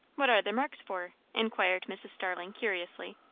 what are the marks for? inquired mrs. starling curiously.